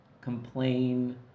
complain